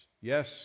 Yes